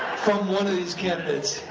from one of these candidates.